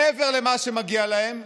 מעבר למה שמגיע להם,